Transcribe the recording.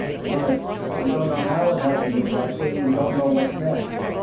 but you don't know how it happened exactly. and you don't know what's next.